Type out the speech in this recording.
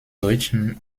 deutschen